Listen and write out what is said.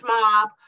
mob